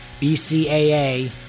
BCAA